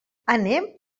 anem